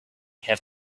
have